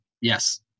yes